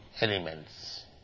elements